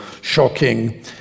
shocking